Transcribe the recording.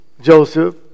Joseph